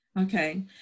Okay